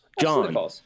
John